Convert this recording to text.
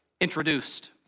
introduced